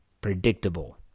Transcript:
predictable